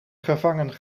gevangen